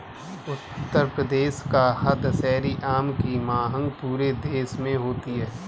उत्तर प्रदेश का दशहरी आम की मांग पूरे देश में होती है